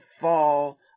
fall